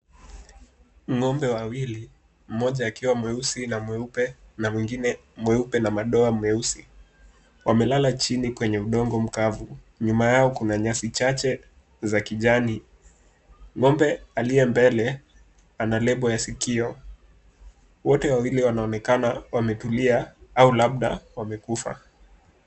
Ng'ombe wawili mmoja akiwa mweusi na mweupe na mwingine mweupe na madoa meusi wamelala chini kwenye mdongo mkavu nyuma Yao Kuna nyasi chache za kijani. Ng'ombe aliye mbele ana lebo ya sikio ,wote wawili wanaonekana wametulia au labda wamekufa.